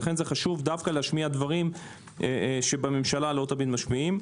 לכן חשוב להשמיע דברים שבממשלה לא תמיד משמיעים.